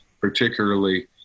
particularly